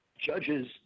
judges –